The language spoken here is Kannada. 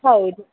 ಹೌದು